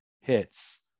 hits